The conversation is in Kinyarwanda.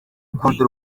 rwanda